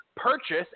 Purchase